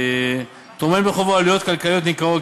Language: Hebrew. טומן בחובו עלויות כלכליות ניכרות.